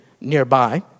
nearby